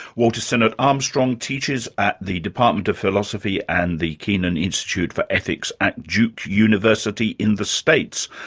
walter sinnott-armstrong teaches at the department of philosophy and the kenan institute for ethics at duke university in the states.